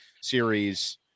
series